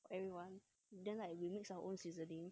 for everyone then we mix our own seasonings